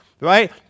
right